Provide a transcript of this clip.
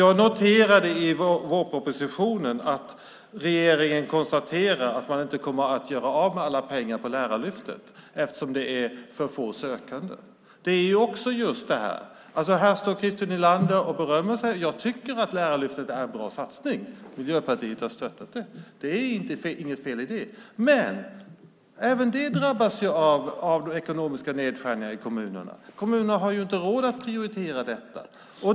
Jag noterade i vårpropositionen att regeringen konstaterar att man inte kommer att göra av med alla pengar för Lärarlyftet eftersom det är för få sökande. Här står Christer Nylander och berömmer sig, och jag tycker att Lärarlyftet är en bra satsning. Miljöpartiet har stöttat det, det är inget fel i det. Men även det drabbas av de ekonomiska neddragningarna i kommunerna, för kommunerna har inte råd att prioritera detta.